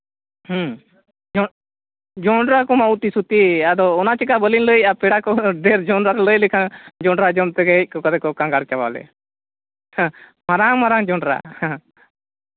ᱦᱮᱸ ᱡᱚᱸᱰᱨᱟ ᱠᱚᱦᱚᱸ ᱩᱛᱤ ᱥᱩᱛᱤ ᱟᱫᱚ ᱚᱱᱟ ᱪᱤᱠᱟ ᱵᱟᱹᱞᱤᱧ ᱞᱟᱹᱭᱮᱫᱼᱟ ᱯᱮᱲᱟ ᱠᱚᱦᱚᱸ ᱰᱷᱮᱨ ᱞᱟᱹᱭ ᱞᱮᱠᱷᱟᱱ ᱡᱚᱸᱰᱨᱟ ᱡᱚᱢ ᱛᱮᱜᱮ ᱦᱮᱡ ᱠᱟᱛᱮᱫ ᱠᱚ ᱠᱟᱸᱜᱟᱨ ᱪᱟᱵᱟ ᱞᱮᱭᱟ ᱦᱮᱸ ᱢᱟᱨᱟᱝ ᱢᱟᱨᱟᱝ ᱡᱚᱸᱰᱨᱟ